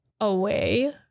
away